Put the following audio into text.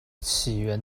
起源